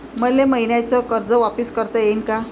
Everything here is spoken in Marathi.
मले मईन्याचं कर्ज वापिस करता येईन का?